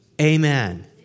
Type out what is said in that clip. Amen